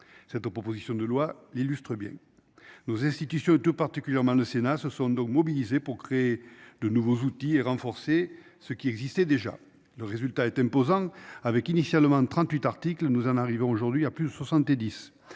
Cette proposition de loi, l'illustrent bien. Nos institutions et tout particulièrement le Sénat se sont donc mobilisées pour créer de nouveaux outils et renforcer ce qui existait déjà. Le résultat est imposant avec initialement 38 articles nous en arrivons aujourd'hui à plus de 70